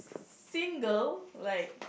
single like